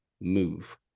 move